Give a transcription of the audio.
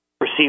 receive